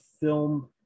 film